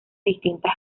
distintas